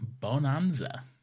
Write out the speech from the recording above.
bonanza